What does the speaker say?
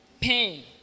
pain